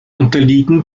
unterliegen